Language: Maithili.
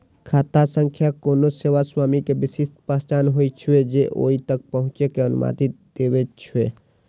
खाता संख्या कोनो सेवा स्वामी के विशिष्ट पहचान होइ छै, जे ओइ तक पहुंचै के अनुमति दै छै